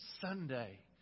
Sunday